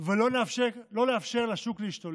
ולא נאפשר לשוק להשתולל.